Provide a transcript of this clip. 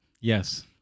Yes